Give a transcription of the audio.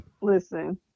Listen